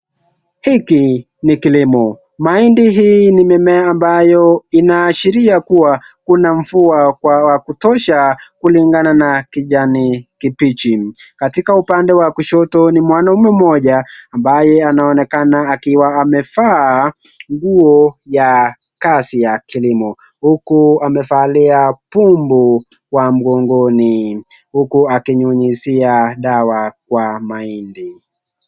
Hiki ni kilimo, mahindi hii ni mimea ambayo inaashuria kuwa Kuna mvua wa kutosha kulingana na kijani kibichi . Katika upande wa kushito ni mwanaume mmoja ambaye anaoneka akiwa amevaa nguo ya kazi ya kilimo. Huku amevalia pumbu kwa mgongoni huku akinyunyizia dawa kwa mahindi.